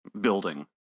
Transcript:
building